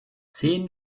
zehn